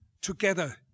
together